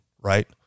Right